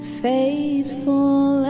faithful